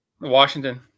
Washington